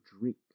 drink